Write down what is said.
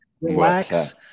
relax